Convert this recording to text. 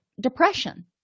depression